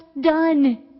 done